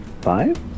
Five